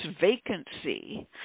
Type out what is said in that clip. vacancy